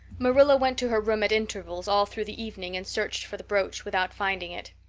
marilla went to her room at intervals all through the evening and searched for the brooch, without finding it.